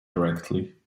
directly